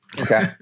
okay